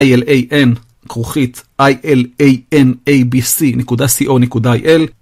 ilan, כרוכית ilanabc, נקודה co נקודה il.